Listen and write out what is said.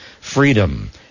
Freedom